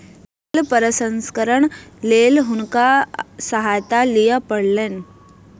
फसिल प्रसंस्करणक लेल हुनका सहायता लिअ पड़लैन